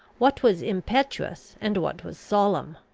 what was impetuous, and what was solemn,